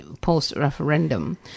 post-referendum